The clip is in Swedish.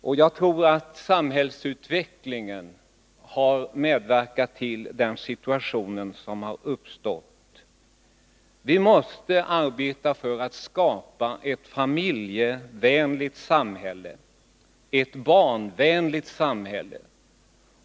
Men jag tror att samhällsutvecklingen har bidragit till att så många gör det. Vi måste därför arbeta för att skapa ett familjeoch barnvänligt samhälle.